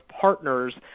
partners